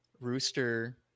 Rooster